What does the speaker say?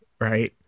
right